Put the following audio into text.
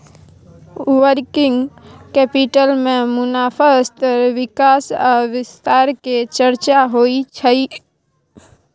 working capital में मुनाफ़ा स्तर विकास आ विस्तार के चर्चा होइ छइ